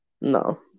No